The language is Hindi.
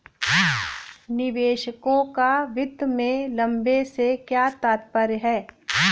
निवेशकों का वित्त में लंबे से क्या तात्पर्य है?